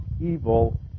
evil